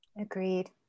Agreed